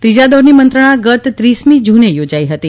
ત્રીજા દોરની મંત્રણા ગત ત્રીસમી જૂને યોજાઇ હતી